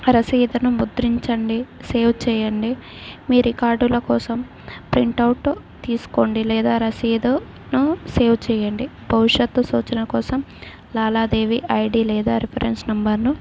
రసీదును ముద్రించండి సేవ్ చేయండి మీ రికార్డుల కోసం ప్రింట్అవుట్ తీసుకోండి లేదా రసీదును సేవ్ చేయండి భవిష్యత్తు సూచన కోసం లావాదేవీ ఐడి లేదా రిఫరెన్స్ నెంబర్ను